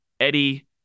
Eddie